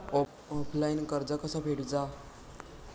Offline कर्ज कसा फेडूचा?